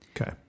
Okay